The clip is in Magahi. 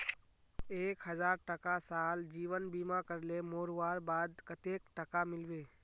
एक हजार टका साल जीवन बीमा करले मोरवार बाद कतेक टका मिलबे?